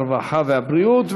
הרווחה והבריאות.